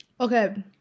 Okay